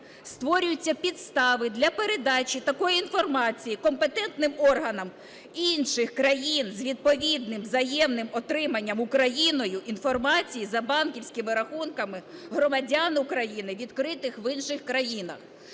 створюються підстави для передачі такої інформації компетентним органам інших країн з відповідним взаємним отриманням Україною інформації за банківськими рахунками громадян України, відкритих в інших країнах.